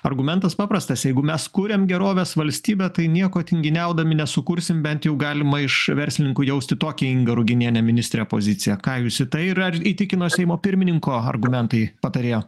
argumentas paprastas jeigu mes kuriam gerovės valstybę tai nieko tinginiaudami nesukursie bent jau galima iš verslininkų jausti tokią inga ruginiene ministre poziciją ką jūs į tai ir ar įtikino seimo pirmininko argumentai patarėjo